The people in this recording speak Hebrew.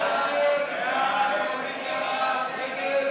ההסתייגויות